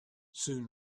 soon